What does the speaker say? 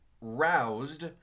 roused